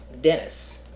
Dennis